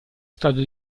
stato